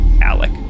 Alec